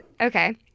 Okay